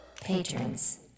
Patrons